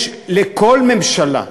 יש לכל ממשלה,